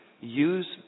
use